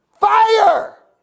fire